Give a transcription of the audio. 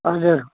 हजुर